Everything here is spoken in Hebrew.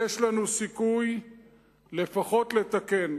יש לנו סיכוי לפחות לתקן.